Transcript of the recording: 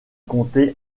comptait